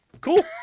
cool